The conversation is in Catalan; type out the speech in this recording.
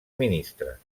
ministres